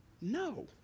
No